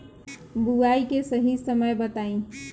बुआई के सही समय बताई?